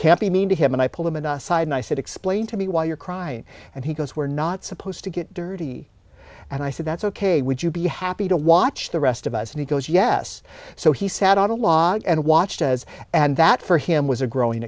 can't be mean to him and i pulled him into side and i said explain to me why you're crying and he goes we're not supposed to get dirty and i said that's ok would you be happy to watch the rest of us and he goes yes so he sat on a log and watched as and that for him was a growing